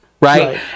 right